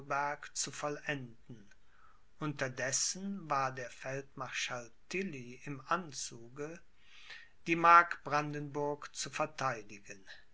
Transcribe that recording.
zu vollenden unterdessen war der feldmarschall tilly im anzuge die mark brandenburg zu vertheidigen